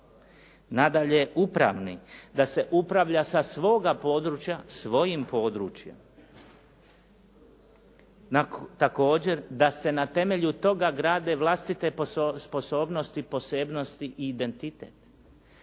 Nadalje, upravni, da se upravlja sa svoga područja, svojim područjem. Također da se na temelju toga grade vlastite sposobnosti, posebnosti i identitet.